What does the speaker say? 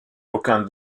aucun